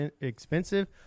expensive